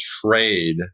trade